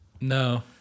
No